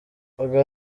ubwo